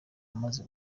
amaze